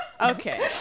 Okay